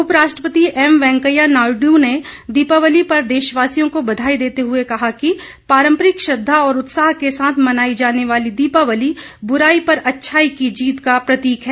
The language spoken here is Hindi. उपराष्ट्रपति एम वेंकैया नायडू ने दीपावली पर देशवासियों को बधाई देते हुए कहा है कि पारंपरिक श्रद्वा और उत्साह के साथ मनाई जाने वाली दीपावली बुराई पर अच्छाई की जीत का प्रतीक है